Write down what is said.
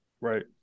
Right